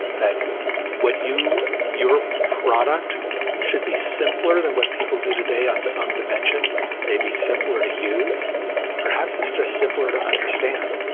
that what your product should be simpler than what people do today on some dimension may be simpler to use perhaps is just simpler to understand,